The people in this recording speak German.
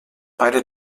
beide